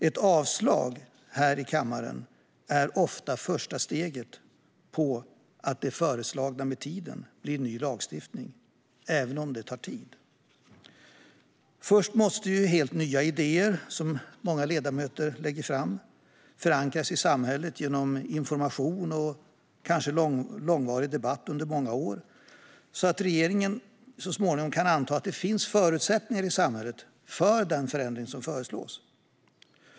Ett avslag i kammaren är ofta första steget mot att det föreslagna med tiden blir ny lagstiftning även om det tar tid. Först måste nya idéer som många ledamöter lägger fram förankras i samhället genom information och kanske långvarig debatt under många år så att regeringen så småningom kan anta att det finns förutsättningar i samhället för den förändring som föreslås.